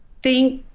think,